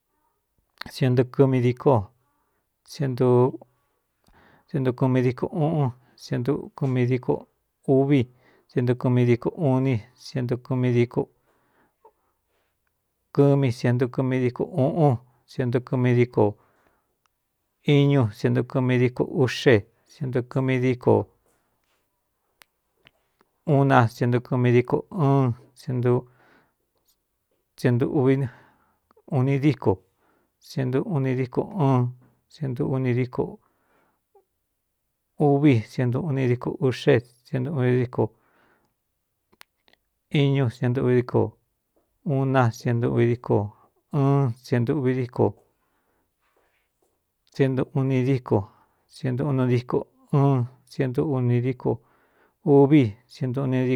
Inɨ díosentukɨmi díko uꞌun sientukɨmi díko uvientukɨmi díko udíkɨmi sientu kɨmi díko uꞌun díkñu sientu kɨmi díko uꞌxeduun na sintu kɨmi díko ɨɨn sientuvi uni díko sientuun díko nn dík uvi sienduꞌuni díko uꞌxesien díkiñúsienuꞌvi díko un nandíɨnd díenunu díko ɨɨn senu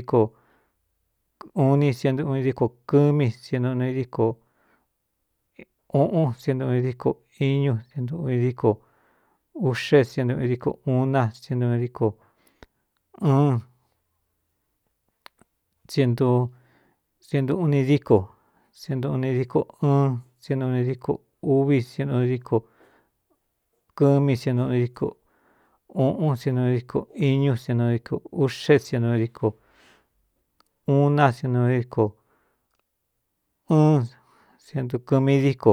íkun ni sientuꞌuni díko kɨmííuꞌun sienuuni díko iñú sinuu díko uꞌxe sientūi díko uu na sindíkienuuni díko sientuun díko ɨɨn sien un díko úvi díkokɨ́mí sienuꞌuni díko uꞌun sienu díko iñú siendíko uꞌxendíkuadíɨɨn siendukɨ̄mi díko.